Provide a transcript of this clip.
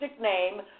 name